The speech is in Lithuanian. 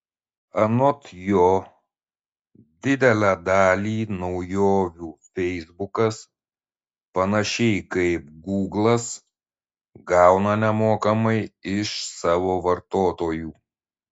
anot jo didelę dalį naujovių feisbukas panašiai kaip gūglas gauna nemokamai iš savo vartotojų